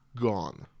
gone